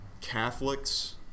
Catholics